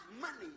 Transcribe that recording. money